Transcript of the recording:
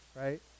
right